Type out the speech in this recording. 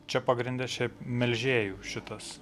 čia pagrinde šiaip melžėjų šitas